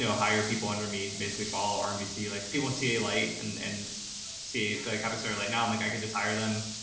you know hire people under me to basically fall rmbc like people will see light and and see the topics are late now. i'm like, i could just hire them,